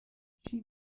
she